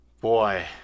boy